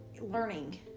Learning